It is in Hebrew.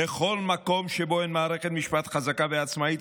בכל מקום שבו אין מערכת משפט חזקה ועצמאית,